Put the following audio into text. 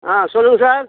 ஆ சொல்லுங்கள் சார்